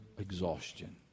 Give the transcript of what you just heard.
exhaustion